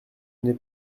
n’est